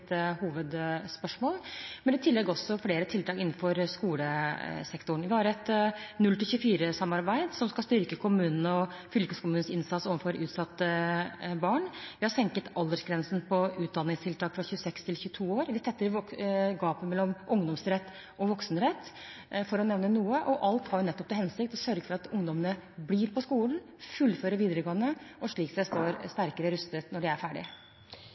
hovedspørsmål – og i tillegg flere tiltak innenfor skolesektoren. Vi har 0–24-samarbeidet som skal styrke kommunenes og fylkeskommunenes innsats overfor utsatte barn, vi har senket aldersgrensen på utdanningstiltak fra 26 til 22 år, vi tetter gapet mellom ungdomsrett og voksenrett – for å nevne noe. Alt dette har til hensikt å sørge for at ungdommene blir på skolen, fullfører videregående og slik sett står sterkere rustet når de er